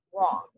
Wrong